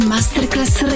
Masterclass